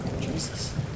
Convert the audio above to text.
Jesus